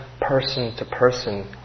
person-to-person